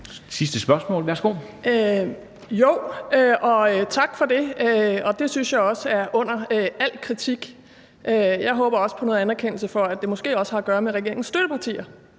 Carsten Nielsen (RV): Jo, og tak for det. Jeg synes også, det er under al kritik, og jeg håber også på noget anerkendelse for, at det måske også har at gøre med regeringens støttepartier,